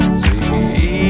see